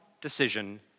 decision